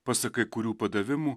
pasak kai kurių padavimų